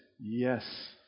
yes